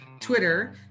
Twitter